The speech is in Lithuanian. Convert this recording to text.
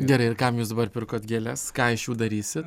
gerai ir kam jūs dabar pirkot gėles ką iš jų darysi